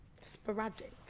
sporadic